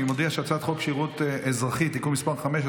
אני מודיע שהצעת חוק שירות אזרחי (תיקון מס' 5),